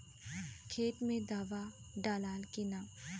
खेत मे दावा दालाल कि न?